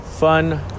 Fun